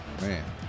Man